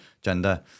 gender